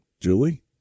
Julie